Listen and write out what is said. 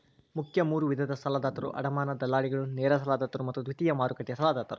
ಮುಖ್ಯ ಮೂರು ವಿಧದ ಸಾಲದಾತರು ಅಡಮಾನ ದಲ್ಲಾಳಿಗಳು, ನೇರ ಸಾಲದಾತರು ಮತ್ತು ದ್ವಿತೇಯ ಮಾರುಕಟ್ಟೆ ಸಾಲದಾತರು